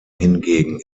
hingegen